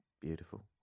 Beautiful